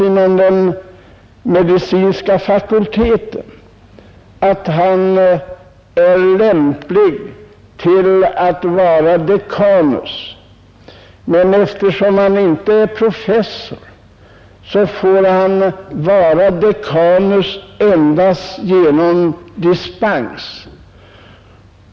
Inom den medicinska fakulteten anses han lämplig att vara dekanus, men eftersom han inte är professor måste han vara det efter dispens.